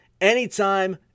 anytime